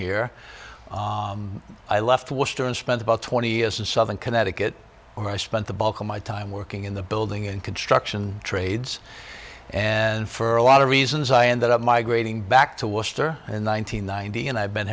here i left western spent about twenty years in southern connecticut where i spent the bulk of my time working in the building and construction trades and for a lot of reasons i ended up migrating back to was ther in one nine hundred ninety and i've been